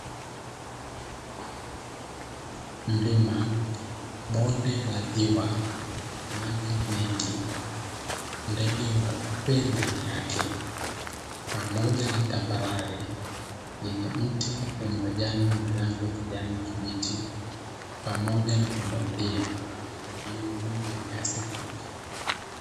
Mlima, bonde la ziwa lenye maji mengi, ndege weupe ndani yake pamoja na tambalale yenye mti wenye majani yenye rangi ya kijani kibichi, pamoja na pundamilia walio juu ya nyasi fupi.